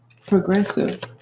progressive